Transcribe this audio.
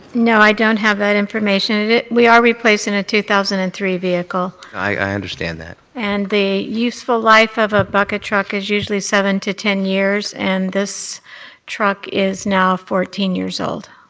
no. i don't have that information. we are replacing a two thousand and three vehicle. i understand that. and the useful life of a bucket truck is usually seven to ten years. and this truck is now fourteen years old.